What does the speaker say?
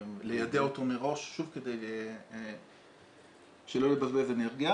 ליידע אותו מראש, שוב, כדי שלא תתבזבז אנרגיה.